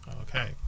Okay